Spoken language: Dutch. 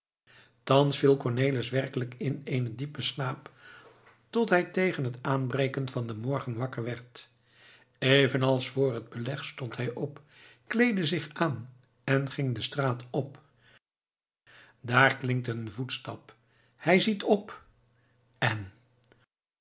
thans viel cornelis werkelijk in eenen diepen slaap tot hij tegen het aanbreken van den morgen wakker werd even als vr het beleg stond hij op kleedde zich aan en ging de straat op daar klinkt een voetstap hij ziet op en